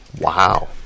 wow